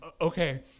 okay